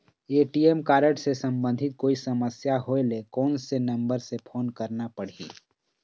ATM card से संबंधित कोई समस्या होय ले, कोन से नंबर से फोन करना पढ़ही?